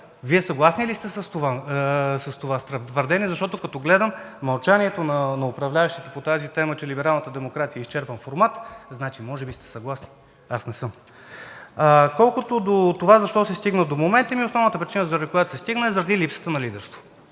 Вие съгласни ли сте с това твърдение, защото, като гледам мълчанието на управляващите по тази тема, че либералната демокрация е изчерпан формат, значи може би сте съгласни? Аз не съм. Колкото до това защо се стигна до момента? Ами основната причина, заради която се стигна, е заради липсата на лидерство.